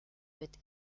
with